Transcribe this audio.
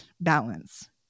balance